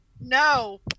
No